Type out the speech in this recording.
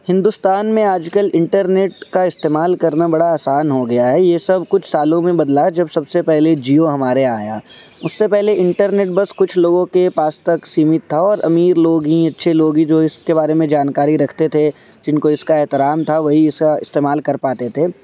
ہندوستان میں آج کل انٹرنیٹ کا استعمال کرنا بڑا آسان ہو گیا ہے یہ سب کچھ سالوں میں بدلا جب سب سے پہلے جیو ہمارے یہاں آیا اس سے پہلے انٹرنیٹ بس کچھ لوگوں کے ہی پاس تک سیمت تھا اور امیر لوگ ہی اچھے لوگ ہی جو اس کے بارے میں جانکاری رکھتے تھے جن کو اس کا احترام تھا وہی استعمال کر پاتے تھے